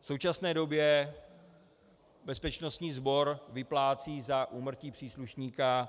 V současné době bezpečnostní sbor vyplácí za úmrtí příslušníka